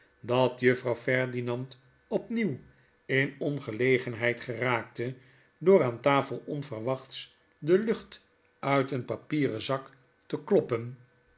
dat juffrouw ferdinand opnieuw in ongelegenheid geraakte door aan tafel onverwachts de lucht uit een papieren zak te kloppen